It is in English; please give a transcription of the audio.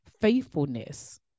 faithfulness